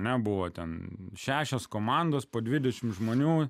nebuvo ten šešios komandos po dvidešim žmonių